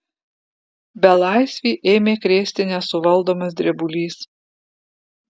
belaisvį ėmė krėsti nesuvaldomas drebulys